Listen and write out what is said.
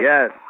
Yes